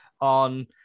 on